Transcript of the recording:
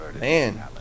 Man